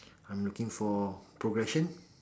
I'm looking for progression